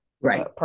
Right